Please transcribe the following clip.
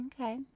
Okay